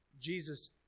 Jesus